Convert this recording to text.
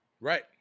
Right